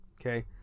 okay